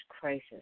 crisis